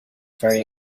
very